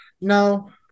no